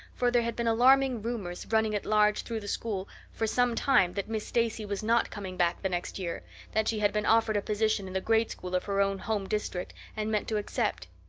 for there had been alarming rumors running at large through the school for some time that miss stacy was not coming back the next year that she had been offered a position in the grade school of her own home district and meant to accept.